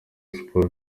sports